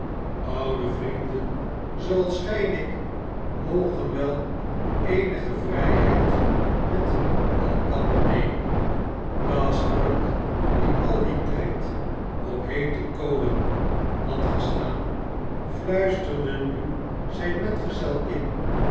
oude vrienden zooals gij en ik mogen wel eenige vrijheid met elkander nemen gashford die al dien tijd op heete kolen had gestaan fluisterde nu zijn metgezel in